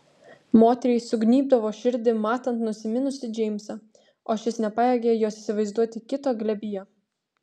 moteriai sugnybdavo širdį matant nusiminusį džeimsą o šis nepajėgė jos įsivaizduoti kito glėbyje